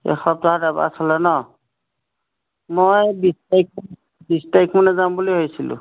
এসপ্তাহত এবাৰ চলে ন মই বিছ তাৰিখ বিছ তাৰিখ মানে যাম বুলি ভাবিছিলোঁ